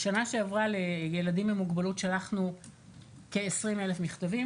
בשנה שעברה לילדים עם מוגבלות שלחנו כ-20,000 מכתבים,